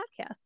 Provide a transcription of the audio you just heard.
podcast